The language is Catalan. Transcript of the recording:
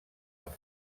amb